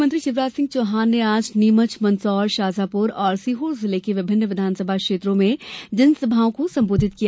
मुख्यमंत्री शिवराज सिंह चौहान ने आज नीमच मंदसौर शाजापुर और सीहोर जिले की विभिन्न विधानसभा क्षेत्रों में जनसभाओं को संबोधित किया